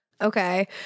Okay